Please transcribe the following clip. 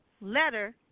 Letter